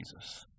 Jesus